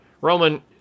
Roman